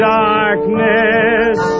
darkness